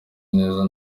neza